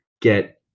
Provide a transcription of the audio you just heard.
get